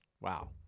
wow